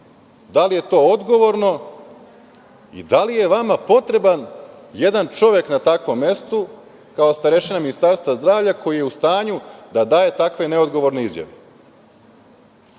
Da li je to odgovorno i da li je vama potreban jedan čovek na takvom mestu kao starešina Ministarstva zdravlja koji je u stanju da daje takve neodgovorne izjave? Posle